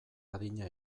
adina